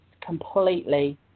completely